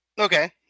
Okay